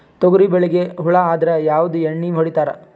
ತೊಗರಿಬೇಳಿಗಿ ಹುಳ ಆದರ ಯಾವದ ಎಣ್ಣಿ ಹೊಡಿತ್ತಾರ?